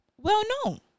well-known